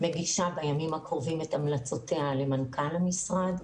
מגישה בימים הקרובים את המלצותיה למנכ"ל המשרד.